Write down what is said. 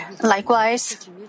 Likewise